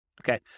Okay